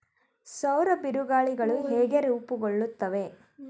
ಸೌರ ಬಿರುಗಾಳಿಗಳು ಹೇಗೆ ರೂಪುಗೊಳ್ಳುತ್ತವೆ?